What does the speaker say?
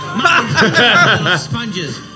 Sponges